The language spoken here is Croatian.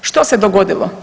Što se dogodilo?